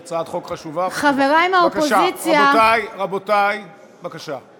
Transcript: חברי מהאופוזיציה, רבותי, רבותי, בבקשה.